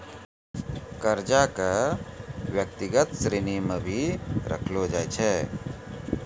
कर्जा क व्यक्तिगत श्रेणी म भी रखलो जाय छै